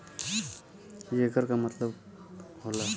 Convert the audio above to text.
येकर का मतलब होला?